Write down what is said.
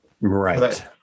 Right